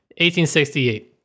1868